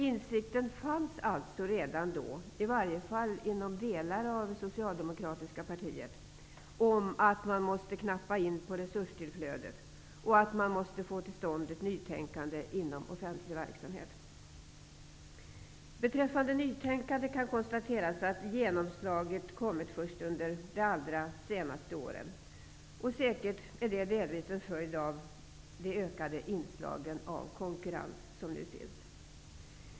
Insikten fanns alltså redan på hans tid, i varje fall inom delar av det socialdemokratiska partiet, att man måste knappa in på resurstillflödet och att man måste få till stånd ett nytänkande inom offentlig verksamhet. Beträffande nytänkande kan konstateras att genomslaget kommit först under de allra senaste åren. Säkerligen är det delvis en följd av de ökande inslag av konkurrens som nu finns.